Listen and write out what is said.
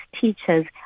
teachers